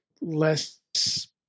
less